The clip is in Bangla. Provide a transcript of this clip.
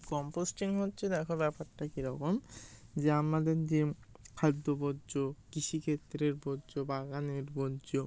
কম্পোস্টিং হচ্ছে দেখ ব্যাপারটা কী রকম যে আমাদের যে খাদ্য বর্জ্য কৃষি ক্ষেত্রের বর্জ্য বাগানের বর্জ্য